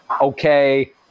okay